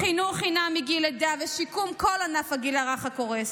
חינוך חינם מגיל לידה ושיקום כל ענף הגיל הרך הקורס,